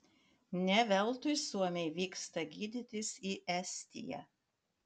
ne veltui suomiai vyksta gydytis į estiją